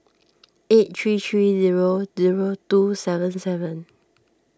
eight three three zero zero two seven seven